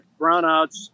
brownouts